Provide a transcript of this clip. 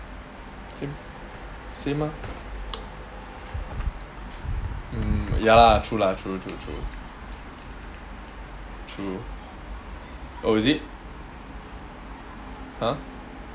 same ah mm ya lah true lah true true true true oh is it